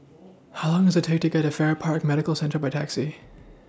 How Long Does IT Take to get Farrer Park Medical Centre By Taxi